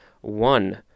one